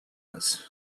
was